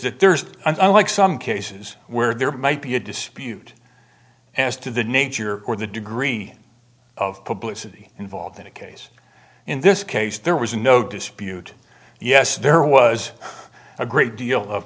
that there's unlike some cases where there might be a dispute as to the nature or the degree of publicity involved in a case in this case there was no dispute yes there was a great deal of